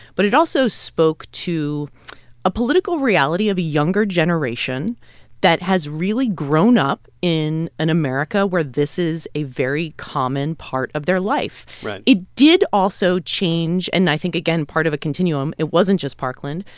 but it also spoke to a political reality of a younger generation that has really grown up in an america where this is a very common part of their life right it did also change and i think, again, part of a continuum. it wasn't just parkland.